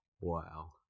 Wow